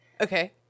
Okay